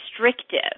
restrictive